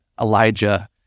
Elijah